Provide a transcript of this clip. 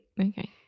Okay